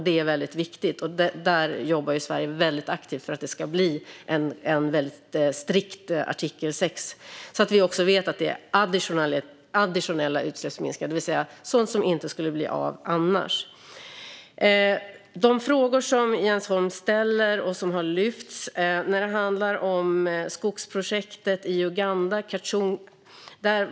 Det är viktigt, och Sverige jobbar aktivt för att artikel 6 ska genomföras strikt. Vi ska veta att det blir additionella utsläppsminskningar, det vill säga sådant som inte skulle bli av annars. Jens Holm tar upp skogsprojektet i Uganda, Kachung.